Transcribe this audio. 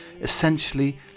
essentially